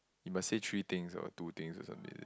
you must say three things or two things or something is it